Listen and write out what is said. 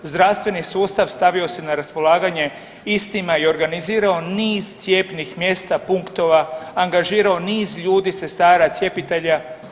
Zdravstveni sustav stavio se na raspolaganje istima i organizirao niz cijepnih mjesta, punktova, angažirao niz ljudi, sestara, cjepitelja.